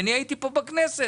אני הייתי פה בכנסת.